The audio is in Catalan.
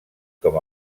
com